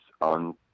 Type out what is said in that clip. on